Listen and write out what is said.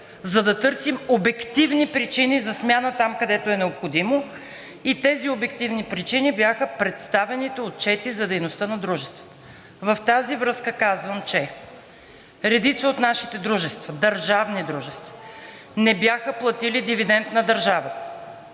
за да търсим обективни причини за смяна там, където е необходимо, и тези обективни причини бяха представените отчети за дейността на дружествата. В тази връзка казвам, че редица от нашите дружества – държавни дружества, не бяха платили дивидент на държавата,